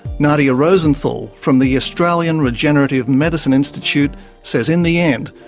nadia rosenthal from the australian regenerative medicine institute says in the end,